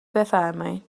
بفرمایین